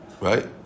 right